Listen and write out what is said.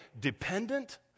dependent